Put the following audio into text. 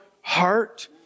heart